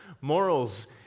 morals